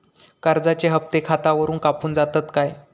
कर्जाचे हप्ते खातावरून कापून जातत काय?